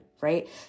right